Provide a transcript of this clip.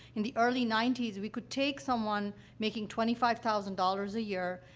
in the early ninety s, we could take someone making twenty five thousand dollars a year,